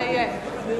מה יהיה?